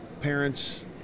parents